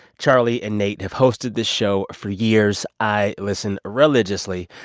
charlie and nate have hosted this show for years. i listen religiously.